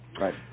right